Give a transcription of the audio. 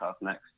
next